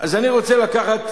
אני רוצה לקחת